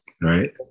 right